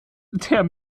der